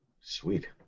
sweet